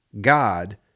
God